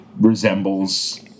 resembles